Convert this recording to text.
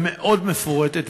התשובה מאוד מפורטת,